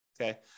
Okay